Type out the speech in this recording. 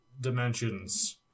dimensions